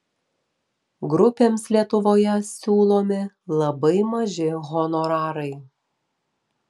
grupėms lietuvoje siūlomi labai maži honorarai